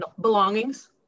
belongings